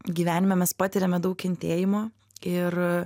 gyvenime mes patiriame daug kentėjimo ir